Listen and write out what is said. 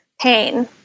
pain